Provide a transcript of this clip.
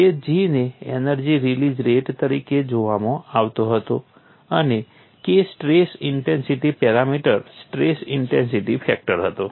તે G ને energy release rate તરીકે જોવામાં આવતો હતો અને K stress intensity parameter stress intensity factor હતો